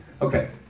Okay